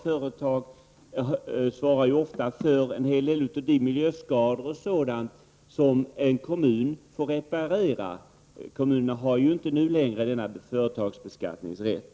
Företag svarar ju ofta för en hel del av de miljöskador som en kommun får reparera, och kommunerna har inte nu längre någon företagsbeskattningsrätt.